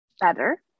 better